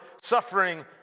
suffering